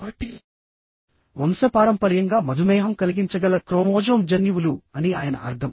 కాబట్టివంశపారంపర్యంగా మధుమేహం కలిగించగల క్రోమోజోమ్ జన్యువులు అని ఆయన అర్థం